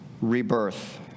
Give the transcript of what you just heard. rebirth